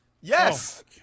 Yes